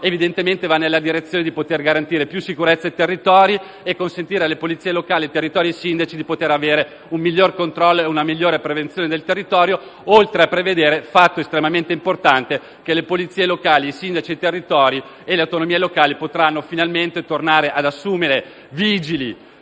evidentemente nella direzione di poter garantire maggiore sicurezza ai territori e consentire a polizie locali, territori e sindaci di avere un miglior controllo e una migliore prevenzione del territorio, oltre a prevedere - fatto estremamente importante - che sindaci, territori e autonomie locali potranno finalmente tornare ad assumere polizia